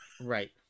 Right